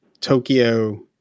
Tokyo